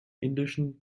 indischen